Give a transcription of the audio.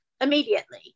immediately